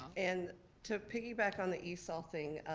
and to piggyback on the esol thing,